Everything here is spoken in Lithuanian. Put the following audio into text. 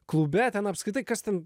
klube ten apskritai kas ten